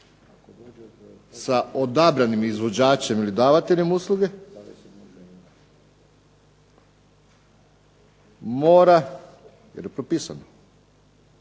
sa odabranim izvođačem ili davateljem usluge mora jer je propisano